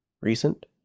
recent